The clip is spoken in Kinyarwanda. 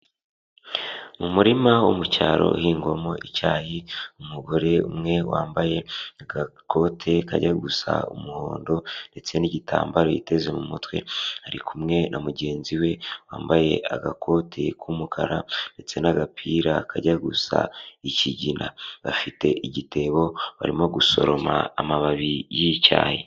Mu murima wo mu cyaro uhingwamo icyayi umugore umwe wambaye agakote kajya gusa umuhondo, ndetse n'igitambaro yiteze mu mutwe, ari kumwe na mugenzi we wambaye agakoti k'umukara, ndetse n'agapira kajya gusa ikigina, bafite igitebo barimo gusoroma amababi y'icyayi.